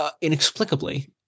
inexplicably